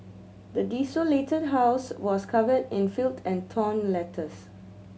the desolated house was covered in filth and torn letters